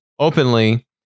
openly